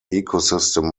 ecosystem